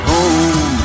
Home